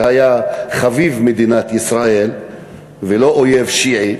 שהיה חביב מדינת ישראל ולא אויב שיעי,